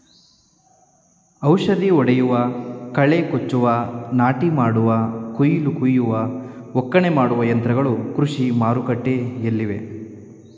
ಔಷಧಿ ಹೊಡೆಯುವ, ಕಳೆ ಕೊಚ್ಚುವ, ನಾಟಿ ಮಾಡುವ, ಕುಯಿಲು ಕುಯ್ಯುವ, ಒಕ್ಕಣೆ ಮಾಡುವ ಯಂತ್ರಗಳು ಕೃಷಿ ಮಾರುಕಟ್ಟೆಲ್ಲಿವೆ